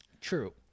True